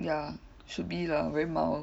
ya should be lah very mild